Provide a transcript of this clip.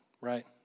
right